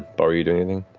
but are you doing anything?